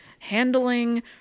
handling